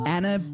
Anna